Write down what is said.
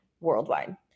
worldwide